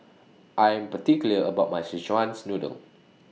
I Am particular about My Szechuan's Noodle